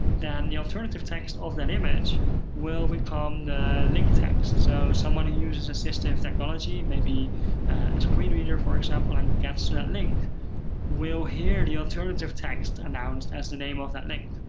then the alternative text of that image will become the link text. so someone who uses assistive technology maybe a screenreader, for example and gets to that link will hear the alternative text announced as the name of that link.